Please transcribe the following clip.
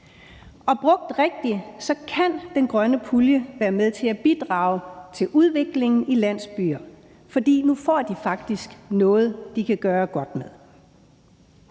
og brugt rigtigt kan den grønne pulje være med til at bidrage til udvikling i landsbyer, fordi de nu faktisk får noget, de kan gøre godt med.